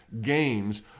games